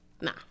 nah